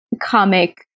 comic